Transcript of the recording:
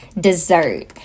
dessert